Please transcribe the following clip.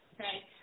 okay